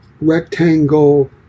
rectangle